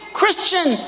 christian